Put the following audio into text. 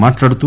మాట్లాడుతూ